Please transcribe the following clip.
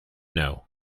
know